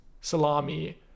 salami